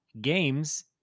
games